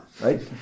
right